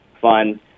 fun